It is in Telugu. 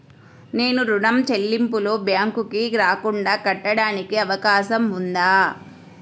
నేను ఋణం చెల్లింపులు బ్యాంకుకి రాకుండా కట్టడానికి అవకాశం ఉందా?